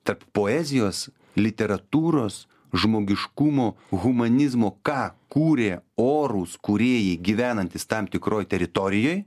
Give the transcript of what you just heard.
tarp poezijos literatūros žmogiškumo humanizmo ką kūrė orūs kūrėjai gyvenantys tam tikroj teritorijoj